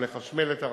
וגם לחשמל את הרכבת.